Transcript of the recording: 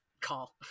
call